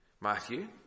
Matthew